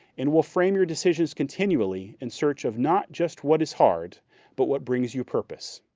and will frame your decisions continually in search of not just what is hard but what brings you purpose.